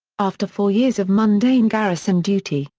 after four years of mundane garrison duty,